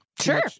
sure